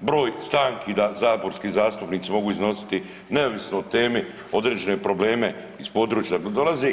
broj stanki da saborski zastupnici mogu iznositi neovisno o temi određene probleme iz područja odakle dolaze.